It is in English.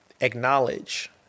acknowledge